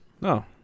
No